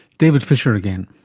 david fisher again.